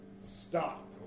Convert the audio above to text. Stop